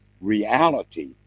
reality